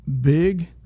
big –